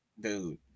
Dude